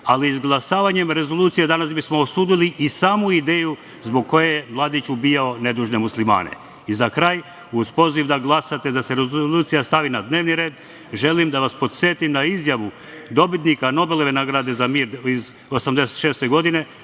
ali izglasavanjem rezolucije danas bismo osudili i samu ideju zbog koje je Mladić ubijao nedužne muslimane.Za kraj, uz poziv da glasate da se rezolucija stavi na dnevni red, želim da vas podsetim na izjavu dobitnika nobelove nagrade za mir iz 1986. godine,